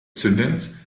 zündens